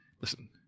Listen